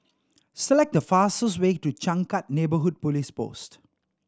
select the fastest way to Changkat Neighbourhood Police Post